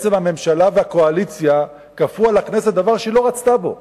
בעצם הממשלה והקואליציה כפו על הכנסת דבר שהיא לא רצתה בו.